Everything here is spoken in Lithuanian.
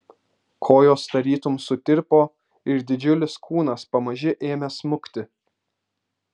kojos tarytum sutirpo ir didžiulis kūnas pamaži ėmė smukti